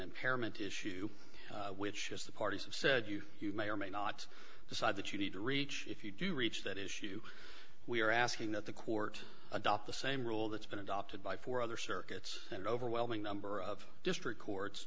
impairment issue which is the parties have said you may or may not decide that you need to reach if you do reach that issue we are asking that the court adopt the same rule that's been adopted by four other circuits and overwhelming number of district co